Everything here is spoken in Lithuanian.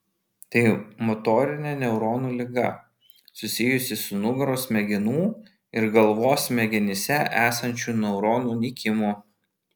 tai motorinė neuronų liga susijusi su nugaros smegenų ir galvos smegenyse esančių neuronų nykimu